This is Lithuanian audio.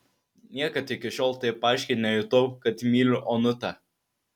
niekad iki šiol taip aiškiai nejutau kad myliu onutę